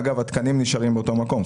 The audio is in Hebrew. אגב, התקנים נשארים באותו מקום.